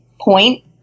point